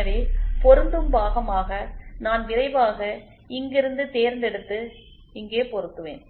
எனவே பொருந்தும் பாகமாக நான் விரைவாக இங்கிருந்து தேர்ந்தெடுத்து இங்கே பொருத்துவேன்